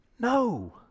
No